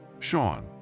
Sean